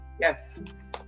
Yes